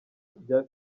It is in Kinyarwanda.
rya